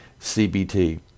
CBT